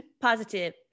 positive